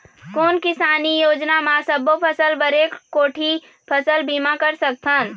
कोन किसानी योजना म सबों फ़सल बर एक कोठी फ़सल बीमा कर सकथन?